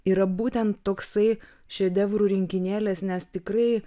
yra būtent toksai šedevrų rinkinėlis nes tikrai